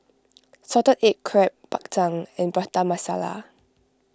Salted Egg Crab Bak Chang and Prata Masala